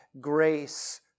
grace